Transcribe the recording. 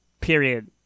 period